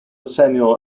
samuel